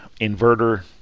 inverter